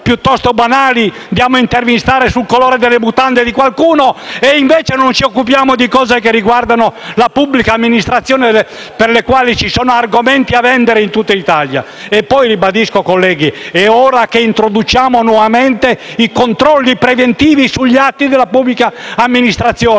inchieste banali, va a intervistare sul colore delle mutande di qualcuno e invece non si occupa di cose che riguardano la pubblica amministrazione, per le quali ci sarebbero argomenti da vendere in tutta Italia. Poi, colleghi, ribadisco: è ora che introduciamo nuovamente i controlli preventivi sugli atti della pubblica amministrazione,